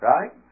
Right